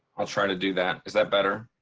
i'll try to do that. is that better.